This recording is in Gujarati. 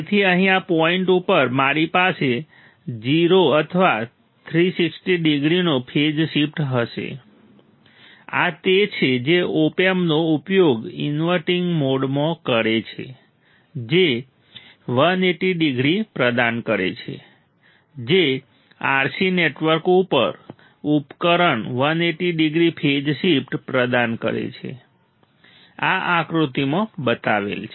તેથી અહીં આ પોઇન્ટ ઉપર મારી પાસે 0 અથવા 360 ડિગ્રીનો ફેઝ શિફ્ટ હશે આ તે છે જે ઓપ એમ્પનો ઉપયોગ ઇનવર્ટિંગ મોડમાં કરે છે જે 180 ડિગ્રી પ્રદાન કરે છે જે RC નેટવર્ક ઉપકરણ 180 ડિગ્રી ફેઝ શિફ્ટ પ્રદાન કરે છે આ આકૃતિમાં બતાવેલ છે